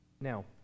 Now